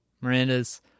Miranda's